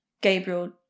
gabriel